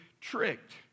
tricked